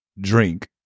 drink